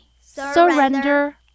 surrender